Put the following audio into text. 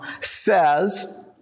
says